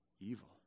evil